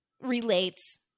relates